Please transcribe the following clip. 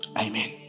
Amen